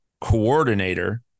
coordinator